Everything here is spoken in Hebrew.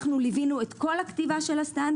אנחנו ליווינו את כל הכתיבה של הסטנדרט.